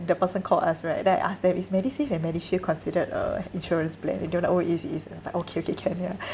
the person called us right then I ask them is medisave and medishield considered a insurance plan they go like orh it is it is and I was like okay okay can ya